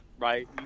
Right